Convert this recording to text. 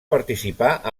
participar